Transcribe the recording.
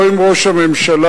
לא עם ראש הממשלה,